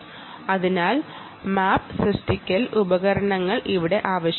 അതിനാൽ മാപ്പ് സൃഷ്ടിക്കാൻ ഉളള ഉപകരണങ്ങൾ ഇവിടെ ആവശ്യമാണ്